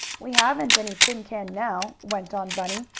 we haven't any tin can now, went on bunny,